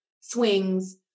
swings